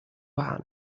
waren